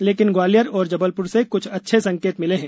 लेकिन ग्वालियर और जबल र से क्छ अच्छे संकेत मिले हैं